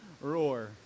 roar